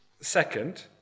Second